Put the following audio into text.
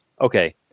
Okay